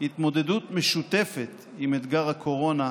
התמודדות משותפת עם אתגר הקורונה,